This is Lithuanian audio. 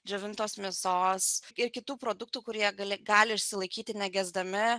džiovintos mėsos ir kitų produktų kurie gali gali išsilaikyti negesdami